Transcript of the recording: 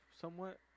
somewhat